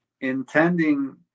intending